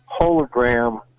Hologram